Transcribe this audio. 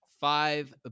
five